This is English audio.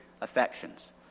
affections